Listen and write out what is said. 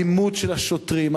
האלימות של השוטרים,